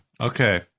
Okay